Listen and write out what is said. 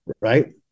right